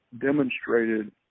demonstrated